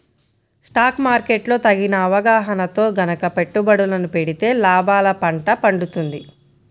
stock market లో తగిన అవగాహనతో గనక పెట్టుబడులను పెడితే లాభాల పండ పండుతుంది